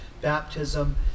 baptism